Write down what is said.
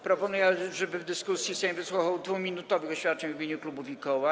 Proponuję, żeby w dyskusji Sejm wysłuchał 2-minutowych oświadczeń w imieniu klubów i koła.